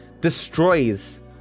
destroys